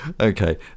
Okay